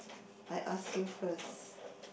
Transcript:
I ask you first